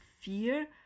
fear